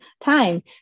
time